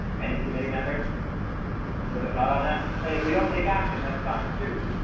any committee members with a thought on that, i mean if we don't take action that's fine too,